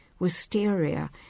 wisteria